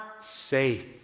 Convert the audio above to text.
safe